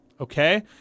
Okay